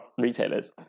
retailers